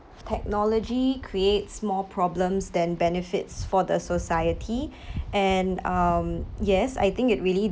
technology creates more problems than benefits for the society and um yes I think it really